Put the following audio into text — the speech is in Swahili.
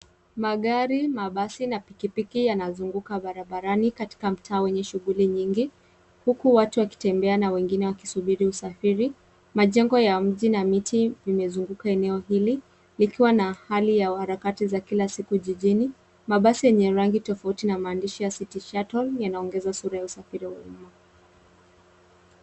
Magari, mabasi na pikipiki yanazunguka barabarani katika mtaa wenye shughuli nyingi huku watu wakitembea na wengine wakisubiri usafiri. Majengo ya mji na mti vimezunguka eneo hili ikiwa na hali ya harakati za kila siku jijini. Mabasi yenye rangi tofauti na maandishi ya City Shuttle yanaongeza sura ya usafiri wa umma.